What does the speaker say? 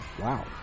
Wow